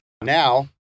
Now